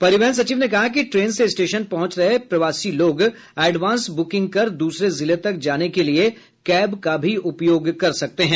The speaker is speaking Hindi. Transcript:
परिवहन सचिव ने कहा कि ट्रेन से स्टेशन पहुंच रहे प्रवासी लोग एडवांस बुकिंग कर दूसरे जिले तक जाने के लिये कैब का भी उपयोग कर सकते हैं